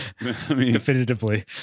Definitively